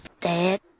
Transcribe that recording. Dad